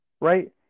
right